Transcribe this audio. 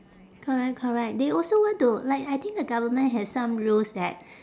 correct correct they also want to like I think the government has some rules that